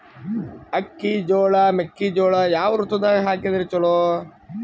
ಅಕ್ಕಿ, ಜೊಳ, ಮೆಕ್ಕಿಜೋಳ ಯಾವ ಋತುದಾಗ ಹಾಕಿದರ ಚಲೋ?